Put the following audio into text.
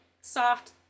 soft